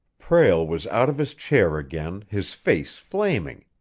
prale was out of his chair again, his face flaming.